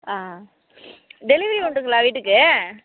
ஆ delivery உண்டுங்களா வீட்டுக்கு